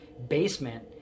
Basement